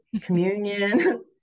communion